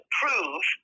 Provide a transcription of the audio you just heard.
prove